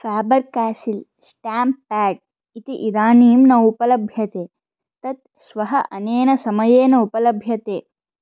Faber Castell stamp pad इति इदानीं न उपलभ्यते तत् श्वः अनेन समयेन उपलभ्यते